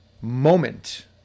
moment